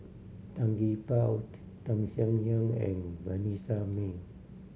Tan Gee Paw Tham Sien Yen and Vanessa Mae